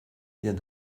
vient